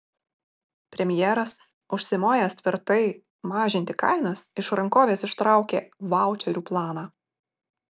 premjeras užsimojęs tvirtai mažinti kainas iš rankovės ištraukė vaučerių planą